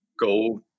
go